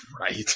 Right